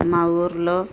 మా ఊర్లో